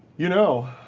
you know.